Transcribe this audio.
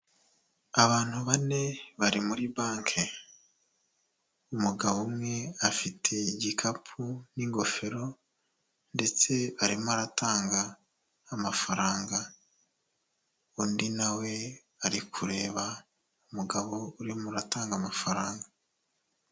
Abantu bane bari muri banki umugabo umwe afite igikapu n'ingofero ndetse arimo aratanga amafaranga, undi nawe ari kureba umugabo uri mo uratanga amafaranga.